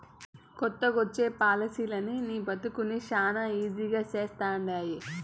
కొత్తగొచ్చే పాలసీలనీ నీ బతుకుని శానా ఈజీ చేస్తండాయి